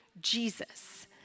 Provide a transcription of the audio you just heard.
Jesus